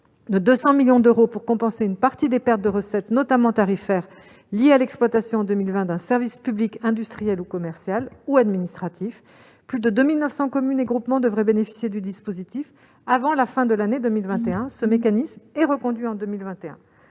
de 200 millions d'euros pour compenser une partie des pertes de recettes, notamment tarifaires, liées à l'exploitation en 2020 d'un service public industriel, commercial ou administratif. Plus de 2 900 communes et groupements devraient bénéficier du dispositif avant la fin de l'année 2021. Ce mécanisme est reconduit en 2021.